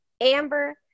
Amber